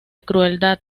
crueldad